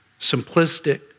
simplistic